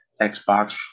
Xbox